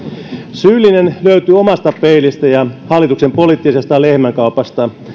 syyllinen löytyy omasta peilistä ja hallituksen poliittisesta lehmänkaupasta